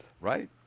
right